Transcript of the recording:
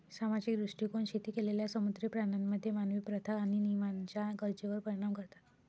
सामाजिक दृष्टीकोन शेती केलेल्या समुद्री प्राण्यांमध्ये मानवी प्रथा आणि नियमांच्या गरजेवर परिणाम करतात